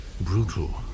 brutal